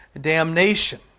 damnation